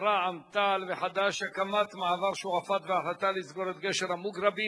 רע"ם-תע"ל וחד"ש: הקמת מעבר שועפאט וההחלטה לסגור את גשר המוגרבים.